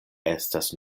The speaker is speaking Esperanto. estas